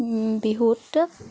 বিহুত